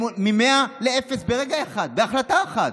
הם ממאה לאפס ברגע אחד, בהחלטה אחת.